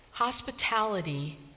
Hospitality